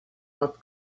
not